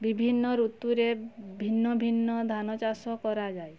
ବିଭିନ୍ନ ଋତୁରେ ଭିନ୍ନ ଭିନ୍ନ ଧାନଚାଷ କରାଯାଏ